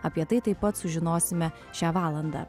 apie tai taip pat sužinosime šią valandą